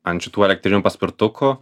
ant šitų elektrinių paspirtukų